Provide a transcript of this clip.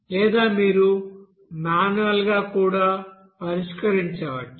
లేదా మీరు మాన్యువల్గా కూడా పరిష్కరించవచ్చు